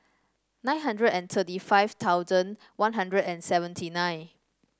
nine hundred and thirty five thousand One Hundred and seventy nine